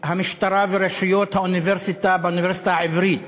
המשטרה ורשויות האוניברסיטה באוניברסיטה העברית